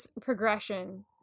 progression